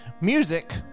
Music